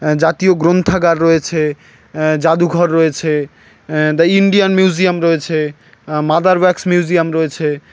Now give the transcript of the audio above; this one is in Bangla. জাতীয় গ্রন্থাগার রয়েছে যাদুঘর রয়েছে দা ইন্ডিয়ান মিউজিয়াম রয়েছে মাদার ওয়াক্স মিউজিয়াম রয়েছে